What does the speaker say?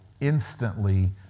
instantly